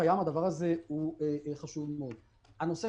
הדובר הוא אונקולוג --- אני מצטער,